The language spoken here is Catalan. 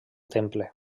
temple